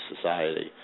society